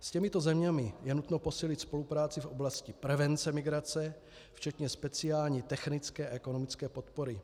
S těmito zeměmi je nutno posílit spolupráci v oblasti prevence migrace, včetně speciální technické a ekonomické podpory.